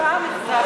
הפעם אכזבת.